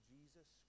Jesus